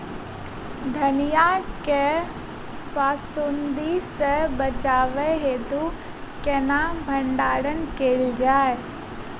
धनिया केँ फफूंदी सऽ बचेबाक हेतु केना भण्डारण कैल जाए?